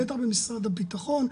בטח במשרד הבטחון,